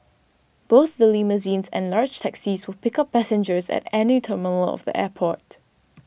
both the limousines and large taxis will pick up passengers at any terminal of the airport